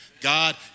God